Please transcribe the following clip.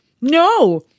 No